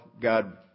God